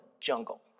jungle